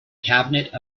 cabinet